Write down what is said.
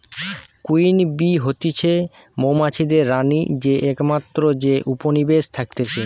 queen bee হতিছে মৌমাছিদের রানী যে একমাত্র যে উপনিবেশে থাকতিছে